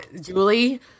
Julie